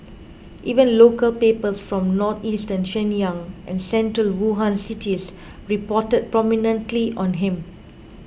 even local papers from northeastern Shenyang and central Wuhan cities reported prominently on him